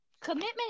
Commitment